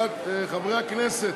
חברי הכנסת,